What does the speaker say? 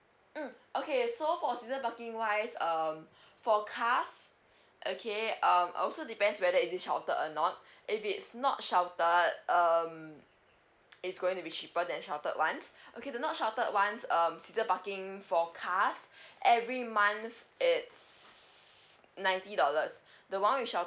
mm okay so for season parking wise um for cars okay um also depends whether is it sheltered a not if it's not sheltered um it's going to be cheaper than sheltered ones okay the not sheltered ones um season parking for cars every month it's ninety dollars the one with shelter